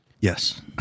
Yes